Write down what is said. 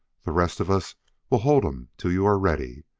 the rest of us will hold em till you are ready.